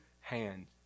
hand